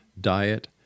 diet